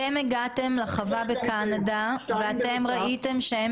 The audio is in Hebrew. אתם הגעתם לחווה בקנדה ואתם ראיתם שהם